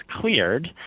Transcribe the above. cleared